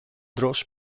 draws